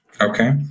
Okay